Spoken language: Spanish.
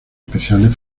especiales